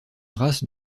race